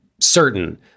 certain